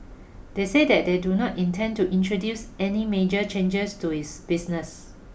they said that they do not intend to introduce any major changes to its business